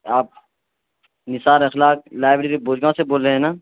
آپ نثار اخلاق لائیبریری بھوج گاؤں سے بول رہے ہیں نا